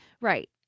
Right